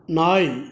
நாய்